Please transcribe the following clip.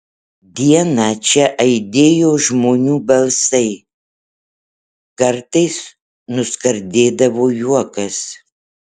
dieną čia aidėjo žmonių balsai kartais nuskardėdavo juokas